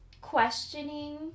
questioning